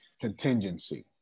contingency